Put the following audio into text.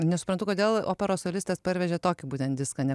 nesuprantu kodėl operos solistas parvežė tokį būtent diską ne